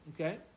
Okay